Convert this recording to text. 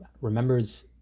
remembers